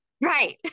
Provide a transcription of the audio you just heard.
right